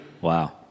Wow